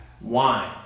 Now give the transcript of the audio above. wine